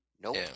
Nope